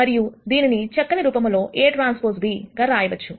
మరియు దీనిని చక్కని రూపములో AT B గా రాయవచ్చు